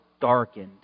darkened